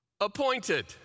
appointed